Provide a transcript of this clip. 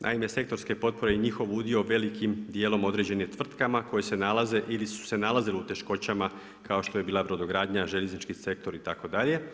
Naime, sektorske potpore i njihov udio velikim dijelom određen je tvrtkama koje se nalaze ili su se nalazile u teškoćama kao što je bila brodogradnja, željeznički sektor itd.